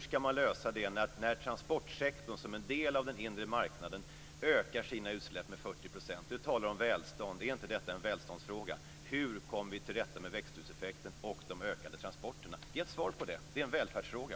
ska man lösa det när transportsektorn, som en del av den inre marknaden, ökar sina utsläpp med 40 %? Bo Lundgren talar om välstånd. Är inte detta en välståndsfråga? Hur kommer vi till rätta med växthuseffekten och de ökade transporterna? Ge ett svar på det. Det är en välfärdsfråga.